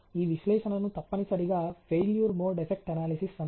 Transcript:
ఈ విశ్లేషణను తప్పనిసరిగా ఫెయిల్యూర్ మోడ్ ఎఫెక్ట్ అనాలిసిస్ అంటారు